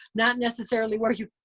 not necessarily where you.